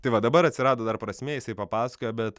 tai va dabar atsirado dar prasmė jisai papasakojo bet